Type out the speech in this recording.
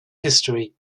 history